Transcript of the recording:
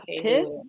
piss